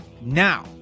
now